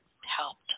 helped